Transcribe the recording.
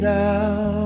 now